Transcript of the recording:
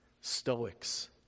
Stoics